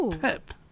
Pip